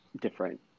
different